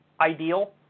ideal